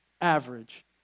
average